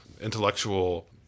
intellectual